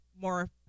more